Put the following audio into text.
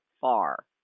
far